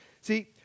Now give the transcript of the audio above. See